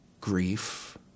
grief